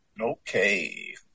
Okay